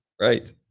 Right